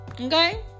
okay